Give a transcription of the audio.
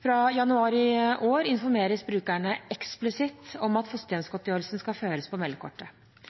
Fra januar i år informeres brukerne eksplisitt om at fosterhjemsgodtgjørelse skal føres på meldekortet.